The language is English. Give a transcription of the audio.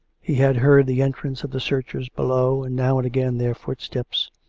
he had heard the en trance of the searchers below, and now and again their footsteps.